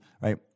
right